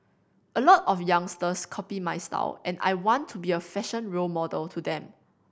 a lot of youngsters copy my style and I want to be a fashion role model to them